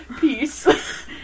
Peace